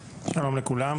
תודה,